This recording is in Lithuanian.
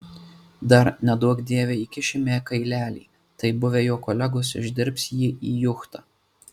dar neduok dieve įkišime kailelį tai buvę jo kolegos išdirbs jį į juchtą